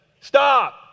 stop